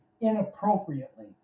inappropriately